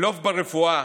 בלוף ברפואה,